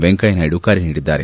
ವೆಂಕಯ್ಯ ನಾಯ್ಡು ಕರೆ ನೀಡಿದ್ದಾರೆ